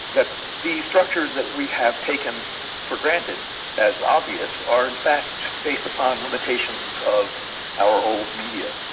that these structures that we have taken for granted as obvious are in fact based upon limitations of our old media.